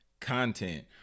content